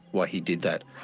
why he did that.